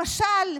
למשל,